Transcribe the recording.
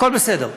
הכול בסדר.